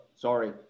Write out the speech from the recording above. Sorry